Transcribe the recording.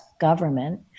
government